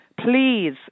please